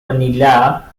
manila